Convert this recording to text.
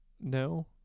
No